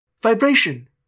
vibration